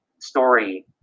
story